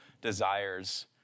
desires